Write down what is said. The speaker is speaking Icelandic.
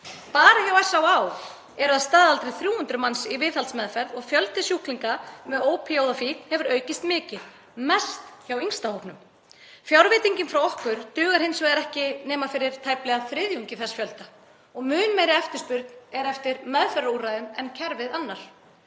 Bara hjá SÁÁ eru að staðaldri 300 manns í viðhaldsmeðferð og sjúklingum með ópíóíðafíkn hefur fjölgað mikið, mest hjá yngsta hópnum. Fjárveitingin frá okkur dugar hins vegar ekki fyrir nema tæplega þriðjungi þess fjölda og mun meiri eftirspurn er eftir meðferðarúrræðum en kerfið annar.